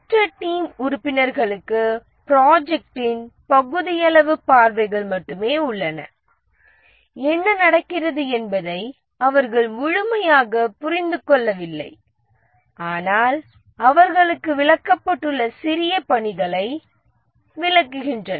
மற்ற டீம் உறுப்பினர்களுக்கு ப்ராஜெக்ட்டின் பகுதியளவு பார்வைகள் மட்டுமே உள்ளன என்ன நடக்கிறது என்பதை அவர்கள் முழுமையாக புரிந்து கொள்ளவில்லை ஆனால் அவர்களுக்கு விளக்கப்பட்டுள்ள சிறிய பணிகளை விளக்குகின்றார்